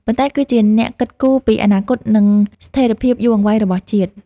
ប៉ុន្តែគឺជាអ្នកគិតគូរពីអនាគត និងស្ថិរភាពយូរអង្វែងរបស់ជាតិ។